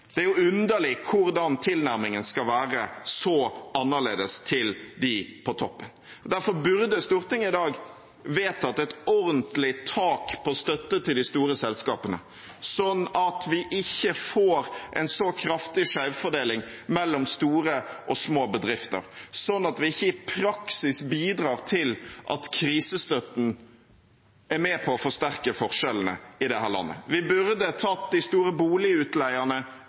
Det er underlig hvordan tilnærmingen skal være så annerledes til dem på toppen. Derfor burde Stortinget i dag vedtatt et ordentlig tak på støtte til de store selskapene, sånn at vi ikke får en så kraftig skjevfordeling mellom store og små bedrifter, sånn at vi i praksis ikke bidrar til at krisestøtten er med på å forsterke forskjellene i dette landet. Vi burde tatt de store